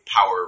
Power